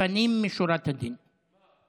לפנים משורת הדין.